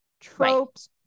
tropes